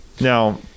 Now